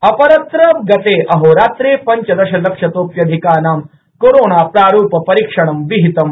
अपरत्र गते अहोरात्रे पंचदश लक्षतोप्यधिकानां कोरोना प्रारूप परीक्षणं विहितम्